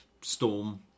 storm